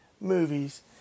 movies